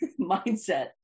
mindset